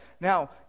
now